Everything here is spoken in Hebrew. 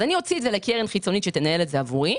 את תוציאי את זה לקרן חיצונית שתנהל את זה עבורך,